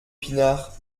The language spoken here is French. pinard